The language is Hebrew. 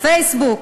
"פייסבוק",